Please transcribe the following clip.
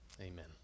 Amen